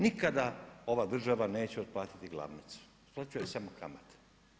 Nikada ova država neće otplatiti glavnicu, otplaćuje samo kamate.